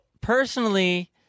personally